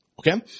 Okay